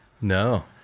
No